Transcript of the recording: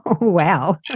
Wow